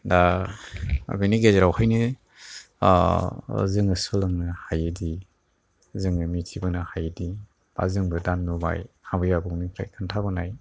दा बेनि गेजेरावहायनो जों सोलोंनो हायोदि जों मिथिबोनो हायोदि बा जोंबो दा नुबाय आबै आंबो निफ्राय खोन्थाबोनाय